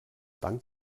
dank